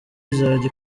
izajya